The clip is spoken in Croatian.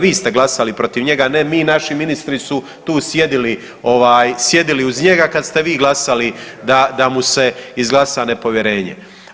Vi ste glasali protiv njega, a ne mi i naši ministri su tu sjedili ovaj sjedili uz njega kad ste vi glasali da, da mu se izglasa nepovjerenje.